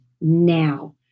now